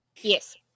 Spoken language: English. Yes